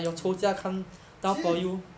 mm 其实